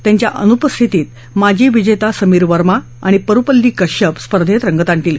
त्यांच्या अनुपस्थितीत माजी विजेता समीर वर्मा आणि परुपल्ली कश्यप स्पर्धेत रंगत आणतील